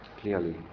clearly